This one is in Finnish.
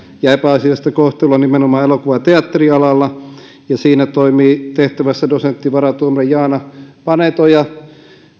ja epäasiallista kohtelua nimenomaan elokuva ja teatterialalla ja siinä tehtävässä toimii dosentti varatuomari jaana paanetoja